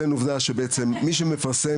אתה מציין עובדה שבעצם במקרה הזה מי שמפרסם